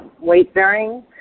weight-bearing